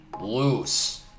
loose